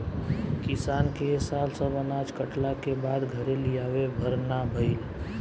किसान के ए साल सब अनाज कटला के बाद घरे लियावे भर ना भईल